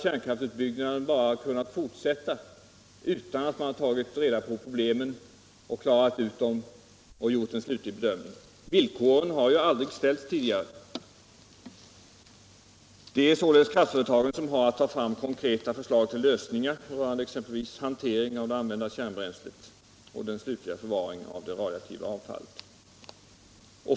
Kärnkraftsutbyggnaden har bara kunnat fortsätta, utan att man tagit reda på problemen med den, klarat av dem och gjort en slutlig bedömning. Villkoren har ju aldrig ställts tidigare. Det är således kraftföretagen som har att ta fram konkreta förslag till lösningar på problemen med hanteringen av det använda kärnbränslet och den slutliga förvaringen av det radioaktiva avfallet.